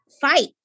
fight